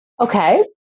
Okay